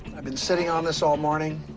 i've been sitting on this all morning.